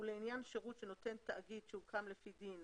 ולעניין שירות שנותן תאגיד שהוקם לפי דין